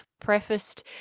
prefaced